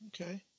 Okay